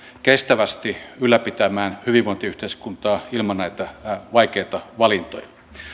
kestävästi ylläpitämään hyvinvointiyhteiskuntaa ilman näitä vaikeita valintoja